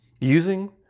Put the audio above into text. Using